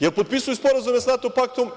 Jer potpisuju sporazume sa NATO paktom?